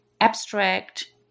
abstract